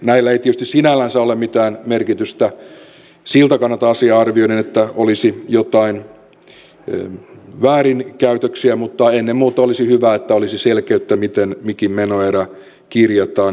näillä ei tietysti sinällänsä ole mitään merkitystä siltä kannalta asiaa arvioiden että olisi jotain väärinkäytöksiä mutta ennen muuta olisi hyvä että olisi selkeyttä miten mikin menoerä kirjataan